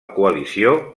coalició